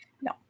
No